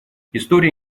история